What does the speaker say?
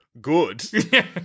good